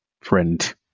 friend